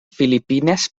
filipines